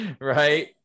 right